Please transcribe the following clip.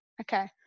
okay